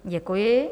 Děkuji.